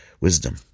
wisdom